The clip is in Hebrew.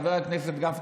חבר הכנסת גפני,